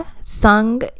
sung